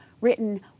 written